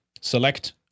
Select